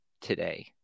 today